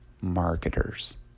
marketers